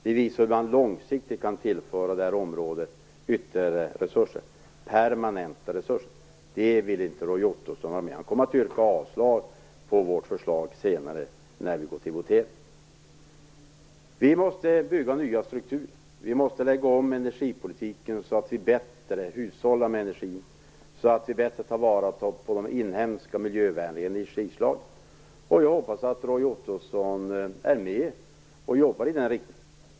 Vi visar hur man långsiktigt kan tillföra detta område ytterligare permanenta resurser. Det vill Roy Ottosson inte vara med på. Han kommer att yrka avslag på vårt förslag när vi går till votering. Vi måste bygga nya strukturer. Vi måste lägga om energipolitiken så att vi hushållar bättre med energin och bättre tar vara på de inhemska, miljövänliga energislagen. Jag hoppas att Roy Ottosson är med och jobbar i den riktningen.